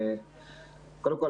קודם כול,